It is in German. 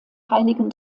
heiligen